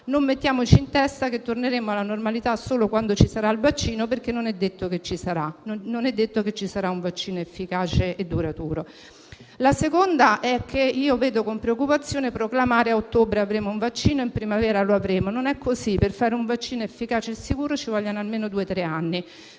Non mettiamoci in testa che torneremo alla normalità solo quando ci sarà il vaccino, perché non è detto che ci sarà un vaccino efficace e duraturo. Quanto alla seconda criticità, vedo con preoccupazione proclamare che a ottobre o in primavera avremo un vaccino. Non è così, per fare un vaccino efficace e sicuro ci vogliono almeno due o tre anni.